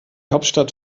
hauptstadt